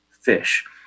fish